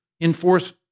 enforce